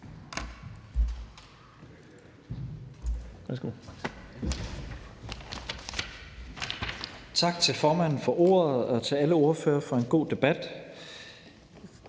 Tak til formanden for ordet og til alle ordførere for en god debat.